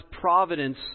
providence